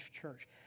church